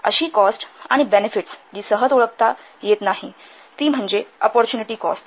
अशी कॉस्ट आणि बेनेफिट्स जी सहज ओळखता येत नाही ती म्हणजे अपॉरच्युनिटी कॉस्ट